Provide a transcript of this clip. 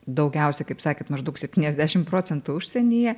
daugiausiai kaip sakėt maždaug septyniasdešim procentų užsienyje